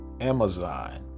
Amazon